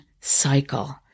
cycle